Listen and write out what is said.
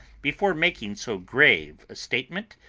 before making so grave a statement,